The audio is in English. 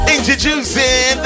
Introducing